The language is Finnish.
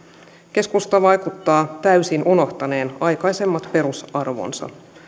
keskusta vaikuttaa täysin unohtaneen aikaisemmat perusarvonsa